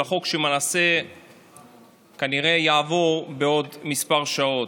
של החוק שלמעשה כנראה יעבור בעוד כמה שעות.